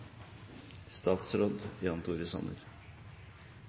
statsråd Sanner